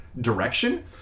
direction